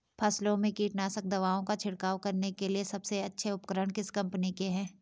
फसलों में कीटनाशक दवाओं का छिड़काव करने के लिए सबसे अच्छे उपकरण किस कंपनी के हैं?